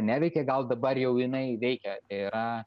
neveikė gal dabar jau jinai veikia tai yra